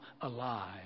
alive